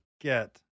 get